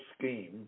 scheme